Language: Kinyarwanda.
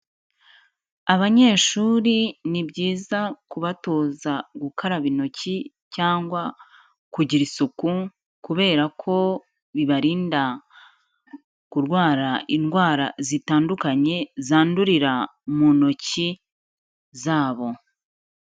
Abanyeshuri ni byiza kubatoza gukaraba intoki cyangwa kugira isuku kubera ko bibarinda kurwara indwara zitandukanye, zandurira mu ntoki zabo.